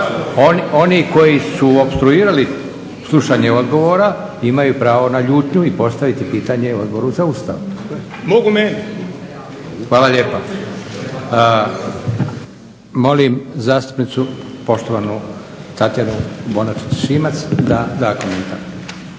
Oni koji su opstruirali slušanje odgovora imaju pravo na ljutnju i postaviti pitanje Odboru za Ustav. …/Upadica Milanović: Mogu meni!/… Hvala lijepa. Molim zastupnicu, poštovanu Tatjanu Bonačić Šimac da da komentar.